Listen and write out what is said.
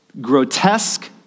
grotesque